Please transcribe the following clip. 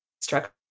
structure